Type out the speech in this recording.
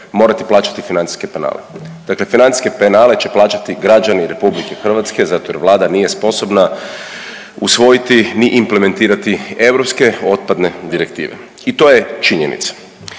morati plaćati financijske penale. Dakle, financijske penale će plaćati građani RH zato jer Vlada nije sposobna usvojiti niti implementirati europske otpadne direktive. I to je činjenica.